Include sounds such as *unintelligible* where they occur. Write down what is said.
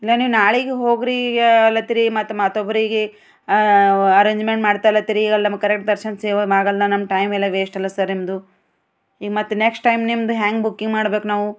*unintelligible* ನಾಳೆಗೆ ಹೋಗ್ರಿ ಈಗ ಆಲತ್ರೀ ಮತ್ತೆ ಮತ್ತೊಬ್ರಿಗೆ ಅರೇಂಜ್ಮೆಂಟ್ ಮಾಡ್ತಲ್ಲತ್ರಿ ಈಗಲ್ಲಿ ನಮ್ಮ ಕರೆಕ್ಟ್ ದರ್ಶನ ಸೇವೆ ಆಗಲ್ಲ ನನ್ನ ಟೈಮೆಲ್ಲ ವೇಸ್ಟಲ್ಲ ಸರಿಮ್ದು ಈಗ ಮತ್ತೆ ನೆಕ್ಸ್ಟ್ ಟೈಮ್ ನಿಮ್ದು ಹೇಗೆ ಬುಕ್ಕಿಂಗ್ ಮಾಡ್ಬೇಕು ನಾವು